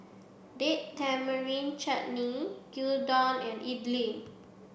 date Tamarind Chutney Gyudon and Idili